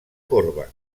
corba